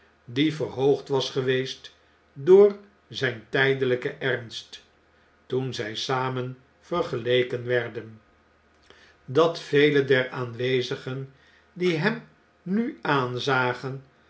die verhoogdwas geweest door zjjn tjjdeljjken ernst toen zjj samen vergeleken werden dat vele der aanwezigen die hem nu aanzagen